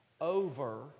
over